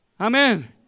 Amen